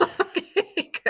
Okay